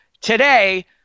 today